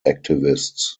activists